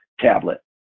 tablet